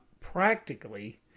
practically